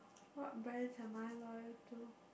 what brands am I loyal to